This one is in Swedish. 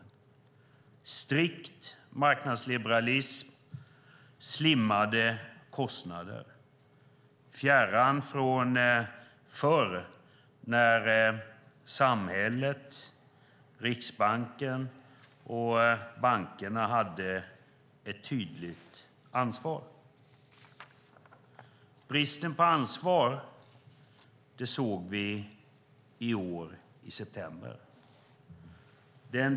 Det var strikt marknadsliberalism och slimmade kostnader, fjärran från förr när samhället, Riksbanken och bankerna hade ett tydligt ansvar. Bristen på ansvar såg vi i september i år.